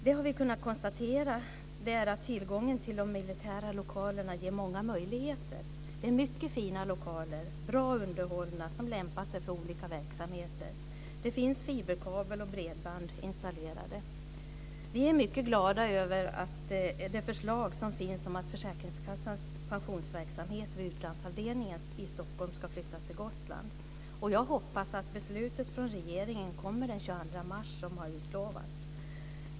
Det vi har kunnat konstatera är att tillgången till de militära lokalerna ger många möjligheter. Det är mycket fina lokaler. De är bra underhållna och lämpar sig för olika verksamheter. Det finns fiberkabel och bredband installerade. Vi är mycket glada över det förslag som finns om att försäkringskassans pensionsverksamhet vid utlandsavdelningen i Stockholm ska flyttas till Gotland. Jag hoppas att beslutet från regeringen kommer den 22 mars, som har utlovats.